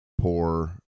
poor